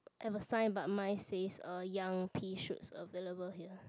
have a sign but mine says uh young pea shoots available here